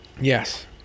Yes